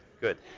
good